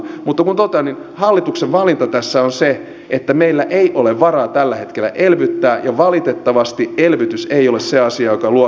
mutta kuten totesin hallituksen valinta tässä on se että meillä ei ole varaa tällä hetkellä elvyttää ja valitettavasti elvytys ei ole se asia joka luo meille kasvua